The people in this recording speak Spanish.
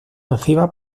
nociva